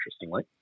interestingly